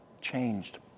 changed